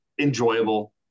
enjoyable